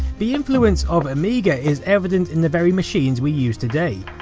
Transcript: the influence of amiga is evident in the very machines we use today.